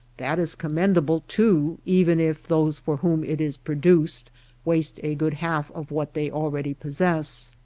that is commendable, too, even if those for whom it is produced waste a good half of what they already possess.